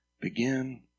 Begin